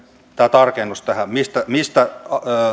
tarkennus tähän mistä mistä